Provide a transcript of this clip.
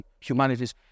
humanities